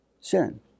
sin